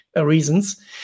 reasons